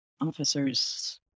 officers